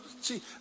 see